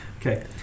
Okay